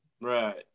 Right